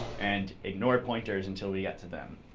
and ignore pointers until we get to them.